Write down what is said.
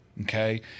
okay